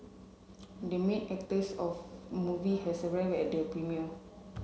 the main actors of movie has arrived at the premiere